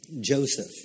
Joseph